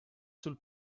sul